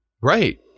right